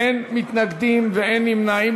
אין מתנגדים ואין נמנעים.